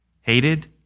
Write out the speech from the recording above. Hated